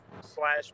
slash